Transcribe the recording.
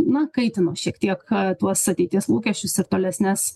na kaitino šiek tiek tuos ateities lūkesčius ir tolesnes